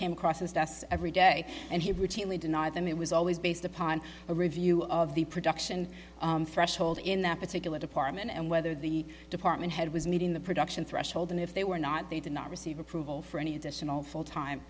came across his desk every day and he routinely deny them it was always based upon a review of the production threshold in that particular department and whether the department head was meeting the production threshold and if they were not they did not receive approval for any additional full time